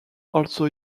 also